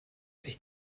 sich